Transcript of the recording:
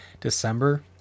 December